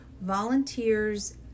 volunteers